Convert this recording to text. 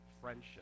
friendship